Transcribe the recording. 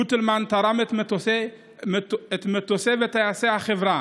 גוטלמן תרם את מטוסי וטייסי החברה